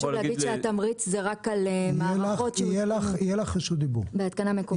חשוב להגיד שהתמריץ זה רק על מערכות --- בהתקנה מקומית.